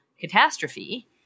catastrophe